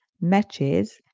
matches